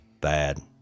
bad